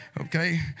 Okay